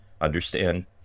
understand